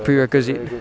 prerequisite